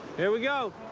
here we go.